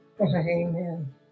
Amen